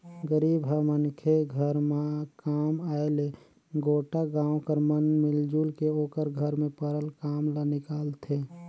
गरीबहा मनखे घर काम आय ले गोटा गाँव कर मन मिलजुल के ओकर घर में परल काम ल निकालथें